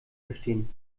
verstehen